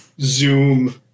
Zoom